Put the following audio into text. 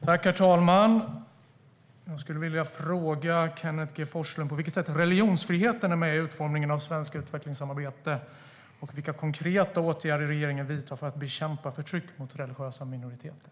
Herr talman! Jag vill fråga Kenneth G Forslund på vilket sätt religionsfriheten är med i utformningen av svenskt utvecklingssamarbete och vilka konkreta åtgärder regeringen vidtar för att bekämpa förtryck mot religiösa minoriteter.